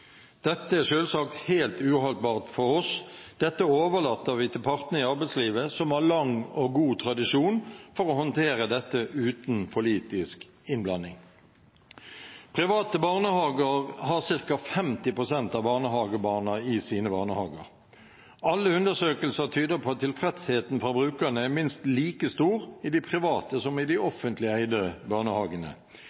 Dette er selvsagt helt uholdbart for oss – dette overlater vi til partene i arbeidslivet, som har lang og god tradisjon for å håndtere dette uten politisk innblanding. Private barnehager har ca. 50 pst. av barnehagebarna i sine barnehager. Alle undersøkelser tyder på at tilfredsheten fra brukerne er minst like stor i de private som i de